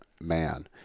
man